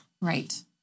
Right